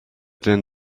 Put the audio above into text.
then